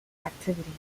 activities